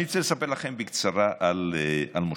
אני רוצה לספר לכם בקצרה על משה: